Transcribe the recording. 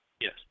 Yes